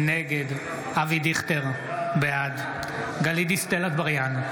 נגד אבי דיכטר, בעד גלית דיסטל אטבריאן,